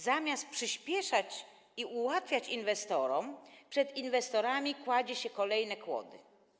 Zamiast to przyspieszać i ułatwiać inwestorom, przed inwestorami kładzie się kolejne kłody.